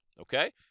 okay